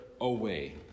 away